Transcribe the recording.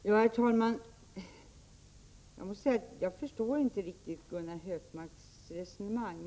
Herr talman! Jag förstår inte riktigt Gunnar Hökmarks resonemang.